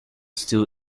still